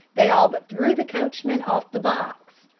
they all but threw the coachman off the box.